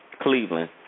Cleveland